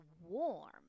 warm